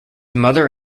mother